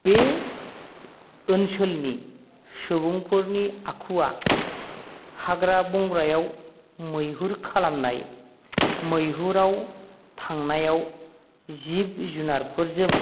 बे ओनसोलनि सुबुंफोरनि आखुवा हाग्रा बंग्रायाव मैहुर खालामनाय मैहुराव थांनायाव जिब जुनारफोरजों